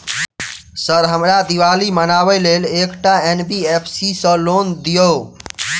Sir हमरा दिवाली मनावे लेल एकटा एन.बी.एफ.सी सऽ लोन दिअउ?